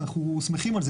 אנחנו שמחים על זה.